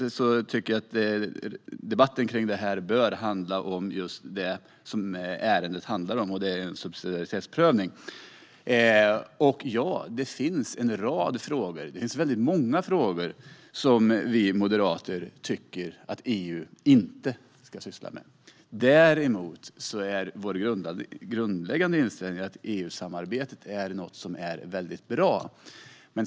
Jag tycker att debatten här bör handla om just det ärendet handlar om, och det är en subsidiaritetsprövning. Det finns många frågor som vi moderater tycker att EU inte ska syssla med. Däremot är vår grundläggande inställning att EU-samarbetet är något som är väldigt bra.